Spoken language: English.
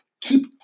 keep